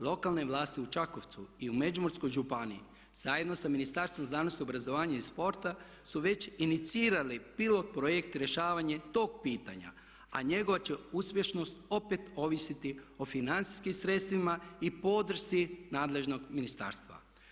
Lokalne vlasti u Čakovcu i u Međimurskoj županiji zajedno sa Ministarstvom znanosti, obrazovanja i sporta su već inicirale pilot-projekt rješavanje tog pitanja, a njegova će uspješnost opet ovisiti o financijskim sredstvima i podršci nadležnog ministarstva.